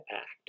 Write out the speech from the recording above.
act